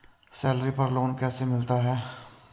Salary पर loan कैसे मिलता है?